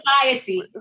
society